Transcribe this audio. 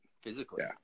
physically